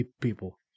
people